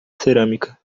cerâmica